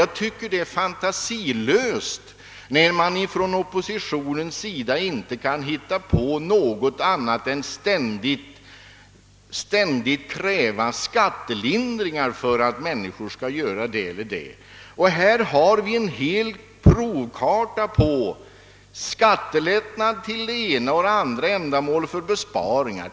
Jag tycker det är fantasilöst, när man från oppositionens sida inte kan hitta på något annat än att ständigt kräva skattelindringar för att människor skall göra det ena eller det andra. Här har vi fått en hel provkarta på skattelättnader för det ena eller andra slaget av besparingar.